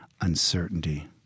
uncertainty